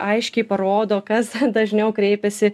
aiškiai parodo kas dažniau kreipiasi